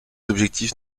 objectif